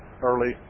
early